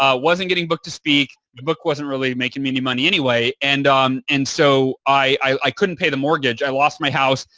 ah wasn't getting booked to speak. the book wasn't really making me new money anyway and um and so i couldn't pay the mortgage. i lost my house,